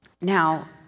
Now